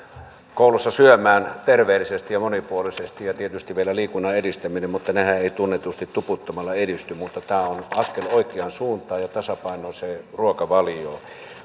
koulussa syömään terveellisesti ja monipuolisesti ja tietysti on vielä liikunnan edistäminen nehän eivät tunnetusti tuputtamalla edisty mutta tämä on askel oikeaan suuntaan ja tasapainoiseen ruokavalioon